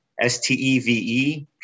S-T-E-V-E